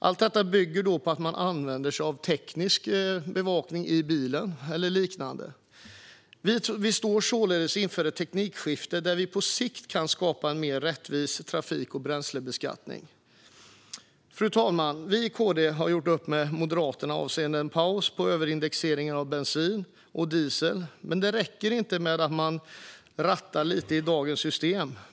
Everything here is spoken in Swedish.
Allt detta bygger på att man använder sig av teknisk bevakning eller liknande i bilen. Vi står således inför ett teknikskifte där vi på sikt kan skapa en mer rättvis trafik och bränslebeskattning. Fru talman! Vi i Kristdemokraterna har gjort upp med Moderaterna avseende en paus i fråga om överindexeringen av bensin och diesel. Men det räcker inte med att man rattar lite grann i dagens system.